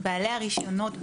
בעלי הרישיונות בהם,